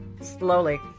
slowly